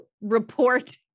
report